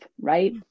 right